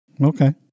Okay